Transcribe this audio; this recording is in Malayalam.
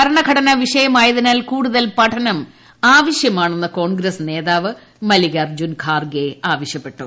ഭരണഘടനാ വിഷയമായതിനാൽ കൂടുതൽ പഠനം ആവശ്യമാണെന്ന് കോൺഗ്രസ് നേതാവ് മല്ലികാർജ്ജൻ ഖാർഗെ ആവശ്യപ്പെട്ടു